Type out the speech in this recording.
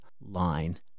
line